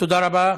תודה רבה.